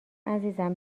عزیزم